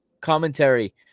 commentary